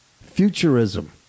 futurism